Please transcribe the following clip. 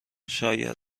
شایدم